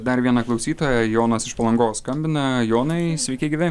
dar vieną klausytoją jonas iš palangos skambina jonai sveiki gyvi